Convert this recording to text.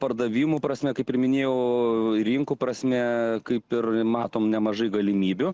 pardavimų prasme kaip ir minėjau rinkų prasme kaip ir matome nemažai galimybių